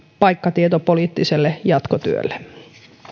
paikkatietopoliittiselle jatkotyölle